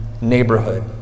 neighborhood